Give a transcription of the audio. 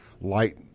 light